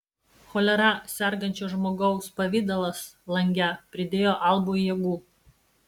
cholera sergančio žmogaus pavidalas lange pridėjo albui jėgų